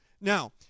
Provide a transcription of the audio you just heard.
Now